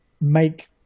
make